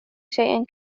شيء